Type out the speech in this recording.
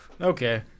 Okay